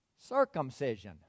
circumcision